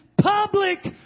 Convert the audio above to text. public